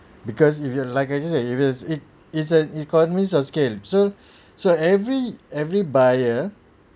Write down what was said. because if you're like I just said if it's it's an economics of scale so so every every buyer